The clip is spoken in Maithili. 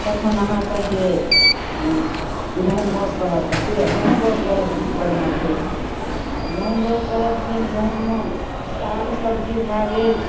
तखन अहाँके से गहुम बााओग करत तऽ से गहुम बाओग करत पीठपर मे फेर गहुम बाओग करत फेर गहुममे साग सब्जी भए गेल